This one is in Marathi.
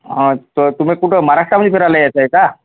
हां तर तुम्ही कुठं महाराष्ट्रामध्ये फिरायला यायचं आहे का